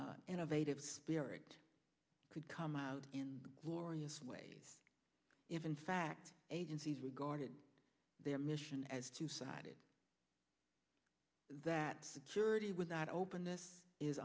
innovative spirit could come out in glorious ways if in fact agencies regarded their mission as two sided that security without openness is